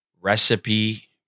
recipe